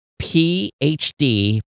PhD